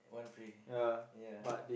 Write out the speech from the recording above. one free yeah